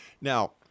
Now